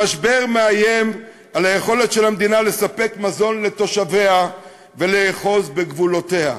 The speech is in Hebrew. המשבר מאיים על יכולת המדינה לספק מזון לתושביה ולאחוז בגבולותיה,